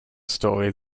story